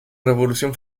revolución